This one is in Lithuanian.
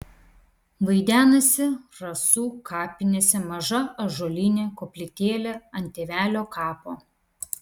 vaidenasi rasų kapinėse maža ąžuolinė koplytėlė ant tėvelio kapo